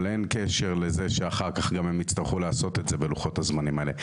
אבל אין קשר לזה שאחר כך גם הם יצטרכו לעשות את זה בלוחות הזמנים האלה.